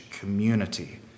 Community